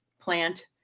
plant